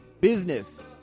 Business